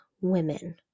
women